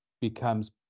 becomes